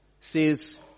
says